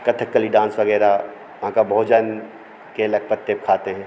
Kathakali dance वगैरह वहाँ का भोजन केला के पत्ते पे खाते हैं